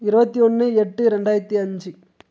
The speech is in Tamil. இருபத்தி ஒன்று எட்டு ரெண்டாயிரத்து அஞ்சு